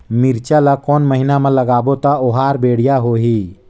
मिरचा ला कोन महीना मा लगाबो ता ओहार बेडिया होही?